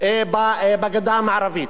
בגדה המערבית.